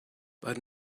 but